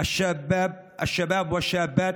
אחיי ואחיותיי,